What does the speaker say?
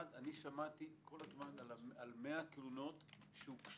אחד, כל הזמן שמעתי על 100 תלונות שהוגשו,